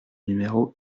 numéro